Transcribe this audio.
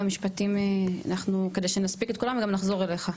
משפטים כדי שנספיק את כולם גם נחזור אליך.